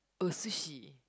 oh sushi